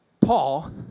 Paul